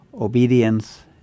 obedience